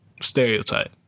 stereotype